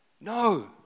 No